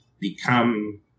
become